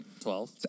Twelve